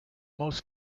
most